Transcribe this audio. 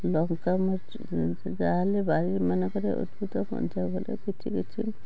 ଲଙ୍କା ମରିଚ ଯାହା ହେଲେ ବାରି ମାନଙ୍କରେ ଉଦ୍ଭିଦ ବଞ୍ଚାଇବାକୁ ହେଲେ କିଛି କିଛି